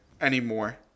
anymore